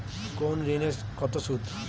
কোন ঋণে কত সুদ?